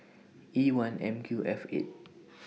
E one M Q F eight